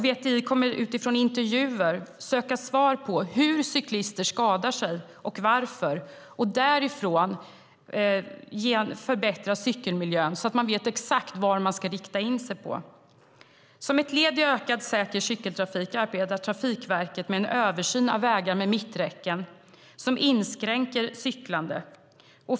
VTI kommer genom intervjuer att söka svar på hur cyklister skadar sig och varför. Utifrån de svaren ska man förbättra cykelmiljön då man vet exakt vad man ska rikta in sig på. Som ett led i ökad säker cykeltrafik arbetar Trafikverket med en översyn av vägar med mitträcken som inskränker cyklandet.